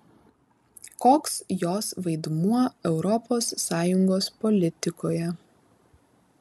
koks jos vaidmuo europos sąjungos politikoje